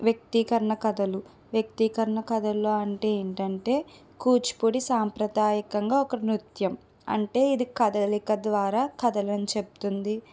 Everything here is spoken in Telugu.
వ్యక్తీకరణ కథలు వ్యక్తీకరణ కథలు అంటే ఏంటంటే కూచిపూడి సాంప్రదాయకంగా ఒక నృత్యం అంటే ఇది కదలిక ద్వారా కథలని చెపుతుంది